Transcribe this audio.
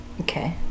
okay